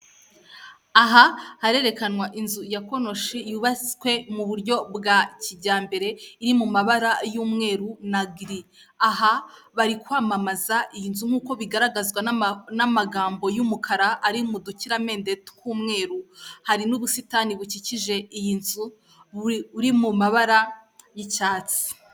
Aha harerekanwa inzu ya konoshi yubatswe mu buryo bwa kijyambere, iri mu mabara y'umweru na giri. Aha bari kwamamaza iyi nzu nk'uko bigaragazwa n'amagambo y'umukara ari mu dukiramende tw'umweru. Hari n'ubusitani bukikije iyi nzu buri mu mabara y'icyatsi.